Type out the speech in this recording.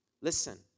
listen